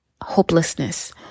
hopelessness